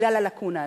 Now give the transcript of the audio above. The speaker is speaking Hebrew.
בגלל הלקונה הזאת.